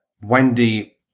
Wendy